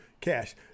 cash